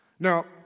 Now